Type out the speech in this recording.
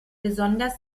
besonders